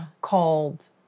called